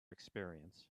experience